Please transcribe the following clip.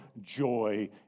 joy